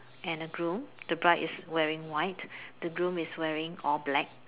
and a groom the bride is wearing white the groom is wearing all black